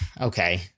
okay